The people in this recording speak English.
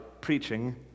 preaching